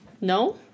No